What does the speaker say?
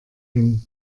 den